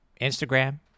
Instagram